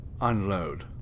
unload